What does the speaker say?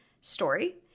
story